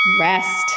rest